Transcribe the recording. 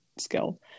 skill